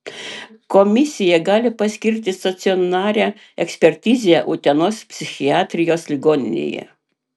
komisija gali paskirti stacionarią ekspertizę utenos psichiatrijos ligoninėje